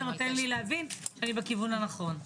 זה נותן לי להבין שאני בכיוון הנכון.